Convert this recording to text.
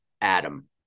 Adam